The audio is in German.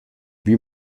wie